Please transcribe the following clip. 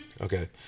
Okay